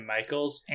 Michaels